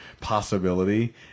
possibility